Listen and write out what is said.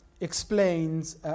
explains